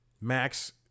Max